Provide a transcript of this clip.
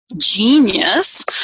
genius